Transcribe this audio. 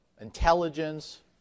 intelligence